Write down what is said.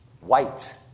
white